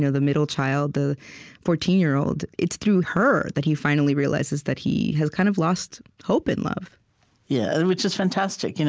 the middle child, the fourteen year old it's through her that he finally realizes that he has kind of lost hope in love yeah, and which is fantastic, and